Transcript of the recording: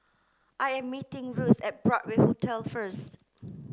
I am meeting Ruth at Broadway Hotel first